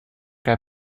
qu’à